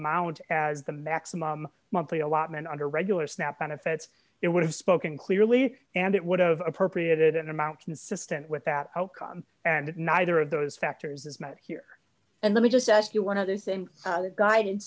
amount as the maximum monthly allotment under regular snap benefits it would have spoken clearly and it would have appropriated an amount consistent with that outcome and neither of those factors is met here and let me just ask you one of the same gu